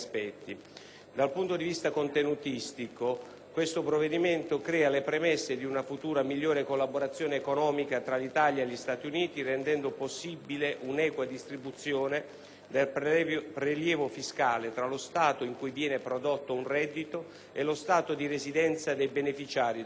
Dal punto di vista contenutistico, questo provvedimento crea le premesse di una futura migliore collaborazione economica tra Italia e Stati Uniti, rendendo possibile un'equa distribuzione del prelievo fiscale tra lo Stato in cui viene prodotto un reddito e lo Stato di residenza dei beneficiari dello stesso.